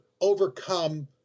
overcome